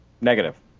Negative